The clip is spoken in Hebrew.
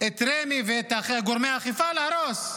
את רמ"י ואת גורמי האכיפה להרוס,